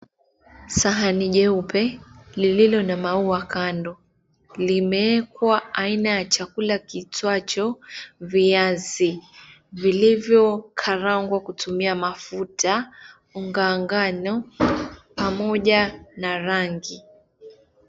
Sahani jeupe lililo na maua kando limeekwa aina ya chakula kiitwacho viazi vilivyokarangwa kutumia mafuta, unga wa ngano pamoja na rangi.